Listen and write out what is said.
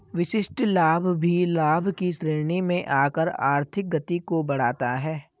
विशिष्ट लाभ भी लाभ की श्रेणी में आकर आर्थिक गति को बढ़ाता है